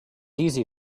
easy